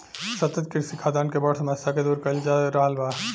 सतत कृषि खाद्यान के बड़ समस्या के दूर कइल जा रहल बा